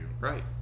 right